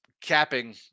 Capping